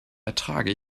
ertrage